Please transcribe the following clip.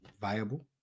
viable